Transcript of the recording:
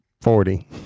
Forty